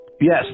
Yes